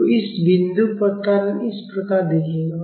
तो इस बिंदु पर त्वरण इस प्रकार दिखेगा